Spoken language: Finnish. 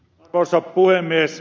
arvoisa puhemies